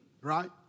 right